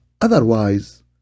Otherwise